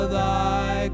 thy